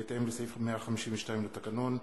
בהתאם לסעיף 152 לתקנון,